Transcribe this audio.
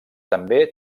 també